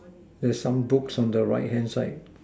there's some books on the right hand side